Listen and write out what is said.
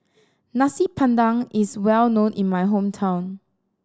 Nasi Padang is well known in my hometown